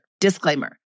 Disclaimer